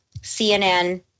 CNN